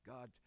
God